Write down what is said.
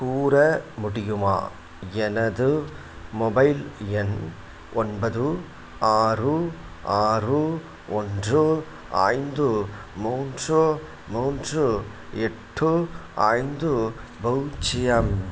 கூற முடியுமா எனது மொபைல் எண் ஒன்பது ஆறு ஆறு ஒன்று ஐந்து மூன்று மூன்று எட்டு ஐந்து பூஜ்ஜியம்